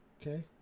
okay